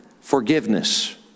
forgiveness